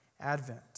Advent